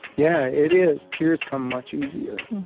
yeah, it is. tears come much easier.